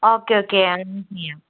okay okay അങ്ങനെ ചെയ്യാം